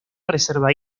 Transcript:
reserva